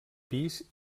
pis